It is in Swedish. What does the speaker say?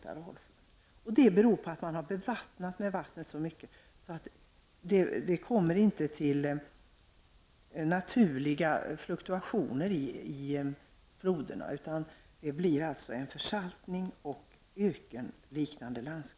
Den har uppstått genom att man har använt så mycket vatten att man motverkat naturliga fluktuationer i floderna. Det blir alltså en försaltning och ett ökenliknande landskap.